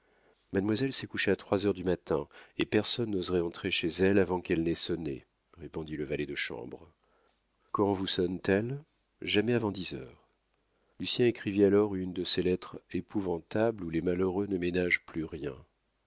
mademoiselle s'est couchée à trois heures du matin et personne n'oserait entrer chez elle avant qu'elle n'ait sonné répondit le valet de chambre quand vous sonne t elle jamais avant dix heures lucien écrivit alors une de ces lettres épouvantables où les malheureux ne ménagent plus rien